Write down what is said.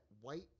white